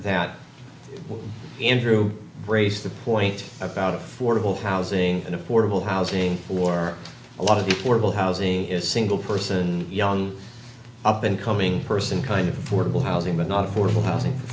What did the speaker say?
through raised the point about affordable housing and affordable housing for a lot of the horrible housing is single person young up and coming person kind of affordable housing but not affordable housing f